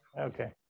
Okay